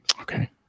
okay